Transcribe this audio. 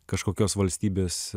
kažkokios valstybės